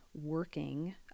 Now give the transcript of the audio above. working